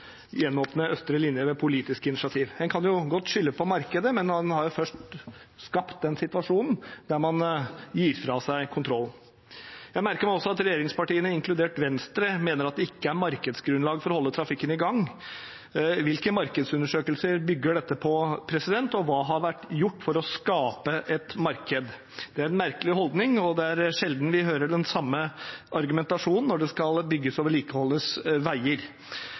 gjenåpne østre linje gjennom politisk initiativ. En kan godt skylde på markedet når en har skapt den situasjonen at man har gitt fra seg kontrollen. Jeg merker meg også at regjeringspartiene, inkludert Venstre, mener at det ikke er markedsgrunnlag for å holde trafikken i gang. Hvilke markedsundersøkelser bygger dette på, og hva har vært gjort for å skape et marked? Det er en merkelig holdning. Det er sjelden vi hører den samme argumentasjonen når det skal bygges og vedlikeholdes veier.